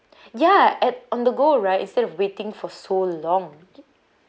ya and on-the-go right instead of waiting for so long